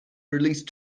released